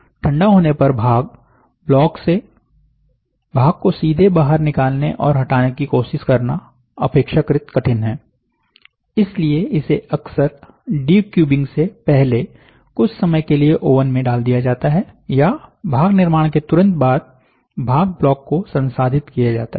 ठंडा होने पर भाग ब्लॉक से भाग को सीधे बाहर निकालने और हटाने की कोशिश करना अपेक्षाकृत कठिन है इसलिए इसे अक्सर डीक्यूबिंग से पहले कुछ समय के लिए ओवन में डाल दिया जाता है या भाग निर्माण के तुरंत बाद भाग ब्लाॅक को संसाधित किया जाता है